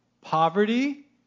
Poverty